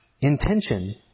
intention